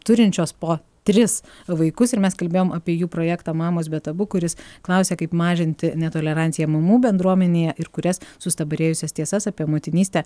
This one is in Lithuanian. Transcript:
turinčios po tris vaikus ir mes kalbėjom apie jų projektą mamos be tabu kuris klausia kaip mažinti netoleranciją mamų bendruomenėje ir kurias sustabarėjusias tiesas apie motinystę